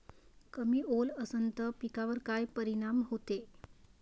कमी ओल असनं त पिकावर काय परिनाम होते?